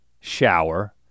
shower